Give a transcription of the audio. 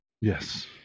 Yes